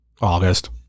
august